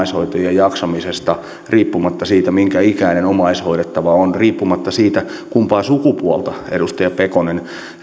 jaksamisesta riippumatta siitä minkä ikäinen omaishoidettava on riippumatta siitä kumpaa sukupuolta edustaja pekonen